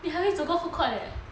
你还没走过 food court eh